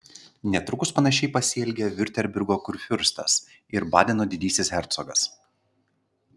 netrukus panašiai pasielgė viurtembergo kurfiurstas ir badeno didysis hercogas